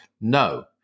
No